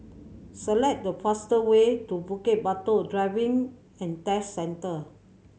select the fastest way to Bukit Batok Driving and Test Centre